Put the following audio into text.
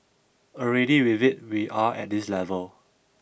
already with it we are at this level